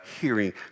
hearing